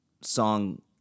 song